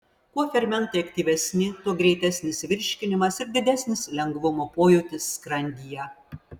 kuo fermentai aktyvesni tuo greitesnis virškinimas ir didesnis lengvumo pojūtis skrandyje